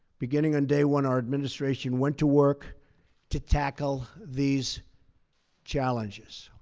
beginning on day one, our administration went to work to tackle these challenges.